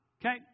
Okay